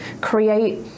create